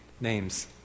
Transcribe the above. names